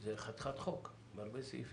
חבר הכנסת מרגי, יושב-ראש ועדת